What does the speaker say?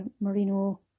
merino